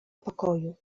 pokoju